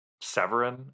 Severin